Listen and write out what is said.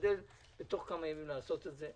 תשתדל בתוך כמה ימים לעשות את זה.